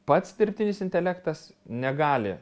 pats dirbtinis intelektas negali